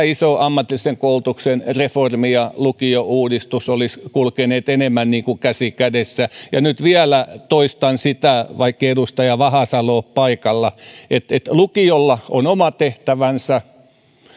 iso ammatillisen koulutuksen reformi ja lukiouudistus olisivat kulkeneet enemmän niin kuin käsi kädessä ja nyt vielä toistan sitä vaikkei edustaja vahasalo ole paikalla että lukiolla on oma tehtävänsä